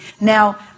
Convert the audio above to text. now